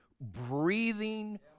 breathing